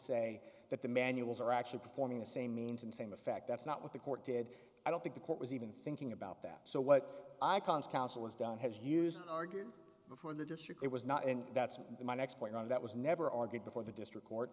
say that the manuals are actually performing the same means and same effect that's not what the court did i don't think the court was even thinking about that so what icon's counsel is down his use arguing before the district it was not and that's my next point and that was never argued before the district court